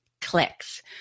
clicks